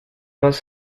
más